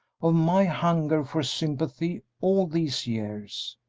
of my hunger for sympathy all these years.